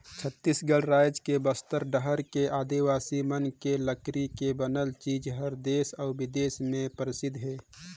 छत्तीसगढ़ रायज के बस्तर डहर के आदिवासी मन के लकरी ले बनाल चीज हर देस अउ बिदेस में परसिद्ध हे